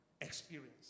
experience